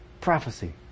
prophecy